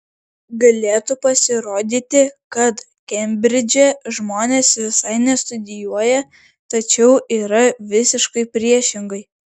galėtų pasirodyti kad kembridže žmonės visai nestudijuoja tačiau yra visiškai priešingai